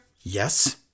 yes